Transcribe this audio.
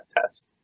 test